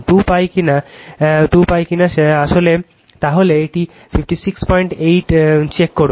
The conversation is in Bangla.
2π কি না তাহলে এটি 568 check করুন